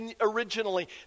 originally